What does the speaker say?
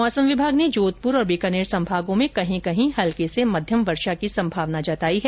मौसम विभाग ने जोधपुर और बीकानेर संभागों में कहीं कहीं हल्की से मध्यम वर्षा की संभावना जताई है